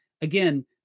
again